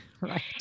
Right